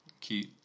cute